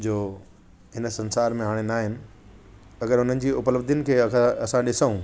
जो इन संसार में हाणे न आहिनि अगरि हुननि जी उपलब्धिनि खे अगरि असां ॾिसूं